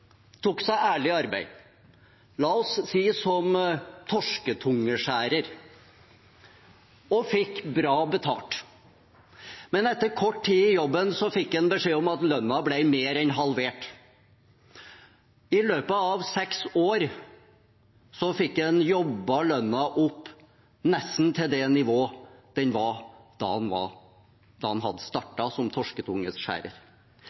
tok seg ærlig arbeid som torsketungeskjærer. Han fikk bra betalt, men etter kort tid i jobben fikk han beskjed om at lønnen ble mer enn halvert. I løpet av seks år fikk han jobbet lønnen opp til nesten det nivået den var på da han startet som torsketungeskjærer. Ville representanten Heggelund da